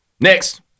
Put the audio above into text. Next